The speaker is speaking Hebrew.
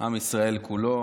ועם ישראל כולו,